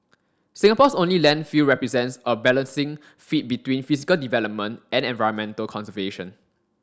Singapore's only landfill represents a balancing feat between physical development and environmental conservation